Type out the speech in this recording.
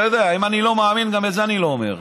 אתה יודע, אם אני לא מאמין, גם את זה אני לא אומר.